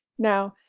now,